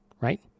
right